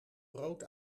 brood